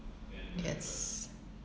yes